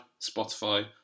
Spotify